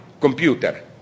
computer